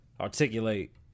articulate